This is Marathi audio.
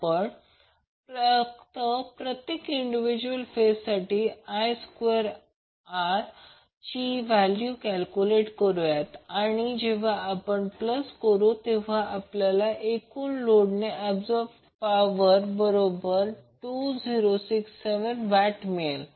आपण फक्त प्रत्येक इंडिव्हिज्युअल फेजसाठी I2R ची व्हॅल्यू कॅल्क्युलेट करूया आणि जेव्हा आपण प्लस करू तेव्हा आपल्याला एकूण लोडने ऍबसॉर्ब पॉवर बरोबर 2067 watt मिळेल